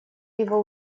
его